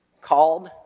called